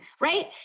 right